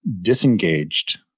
disengaged